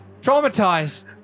traumatized